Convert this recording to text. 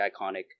iconic